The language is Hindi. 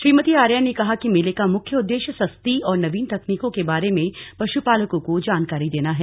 श्रीमती आर्या ने कहा कि मेले का मुख्य उद्देश्य सस्ती और नवीन तकनीकों के बारे में पशुपालकों को जानकारी देना है